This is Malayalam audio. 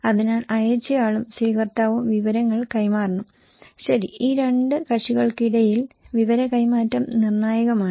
അതിനാൽ അയച്ചയാളും സ്വീകർത്താവും വിവരങ്ങൾ കൈമാറണം ശരി ഈ രണ്ട് കക്ഷികൾക്കിടയിൽ വിവര കൈമാറ്റം നിർണായകമാണ്